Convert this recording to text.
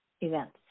events